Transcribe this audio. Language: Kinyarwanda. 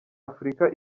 afurika